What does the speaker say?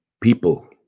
people